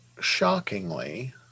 shockingly